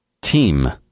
Team